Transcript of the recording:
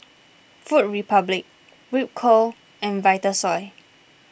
Food Republic Ripcurl and Vitasoy